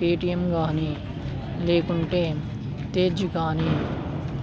Paytm కానీ లేకుంటే తేజ్ కానీ